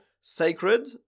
Sacred